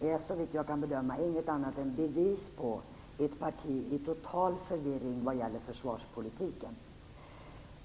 är såvitt jag kan bedöma ingenting annat än bevis på ett parti i total förvirring vad gäller försvarspolitiken.